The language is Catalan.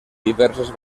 diverses